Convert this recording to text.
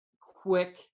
quick